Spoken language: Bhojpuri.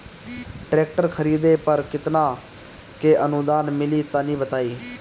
ट्रैक्टर खरीदे पर कितना के अनुदान मिली तनि बताई?